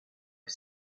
que